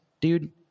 dude